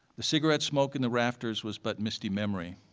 the cigarette smoke in the rafters was but misty memory,